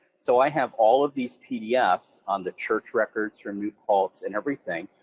so i have all of these pdfs on the church records from new paltz and everything,